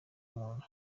muntu